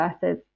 versus